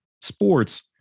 sports